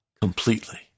completely